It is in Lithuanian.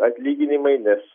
atlyginimai nes